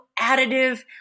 additive